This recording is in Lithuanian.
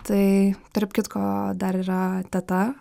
tai tarp kitko dar yra teta